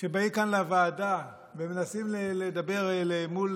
שבאים כאן לוועדה ומנסים לדבר אל מול